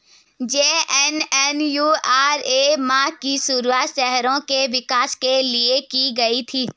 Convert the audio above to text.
JNNURM की शुरुआत शहरों के विकास के लिए की गई थी